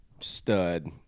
stud